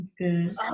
good